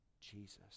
Jesus